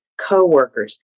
coworkers